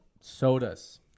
sodas